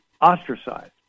ostracized